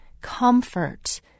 comfort